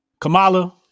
Kamala